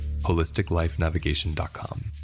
holisticlifenavigation.com